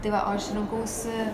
tai va o aš rinkausi